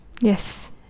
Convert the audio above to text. yes